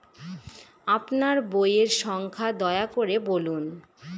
আপনার বইয়ের সংখ্যা দয়া করে বলুন?